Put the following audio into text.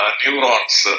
neurons